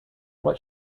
what